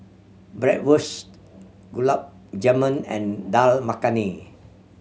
Bratwurst Gulab Jamun and Dal Makhani